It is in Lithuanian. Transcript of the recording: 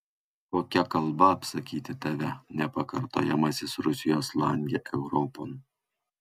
kokia kalba apsakyti tave nepakartojamasis rusijos lange europon